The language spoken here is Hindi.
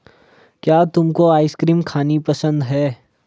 क्या तुमको आइसक्रीम खानी पसंद है?